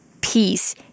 Peace